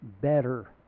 better